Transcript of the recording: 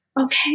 Okay